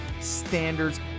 standards